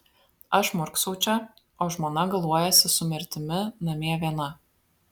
aš murksau čia o žmona galuojasi su mirtimi namie viena